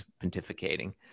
pontificating